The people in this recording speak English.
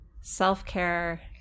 self-care